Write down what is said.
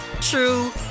true